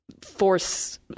force